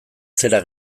zera